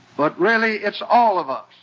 but, really, it's all of us